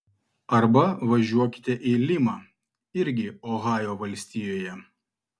arba važiuokite į limą irgi ohajo valstijoje